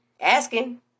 asking